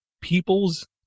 people's